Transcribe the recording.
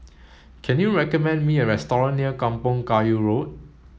can you recommend me a near Kampong Kayu Road